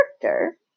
character